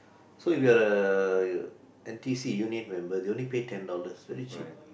so if you're the N_T_U_C union member they only pay ten dollars very cheap